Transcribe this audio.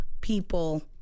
people